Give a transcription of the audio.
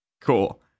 Cool